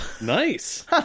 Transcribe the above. nice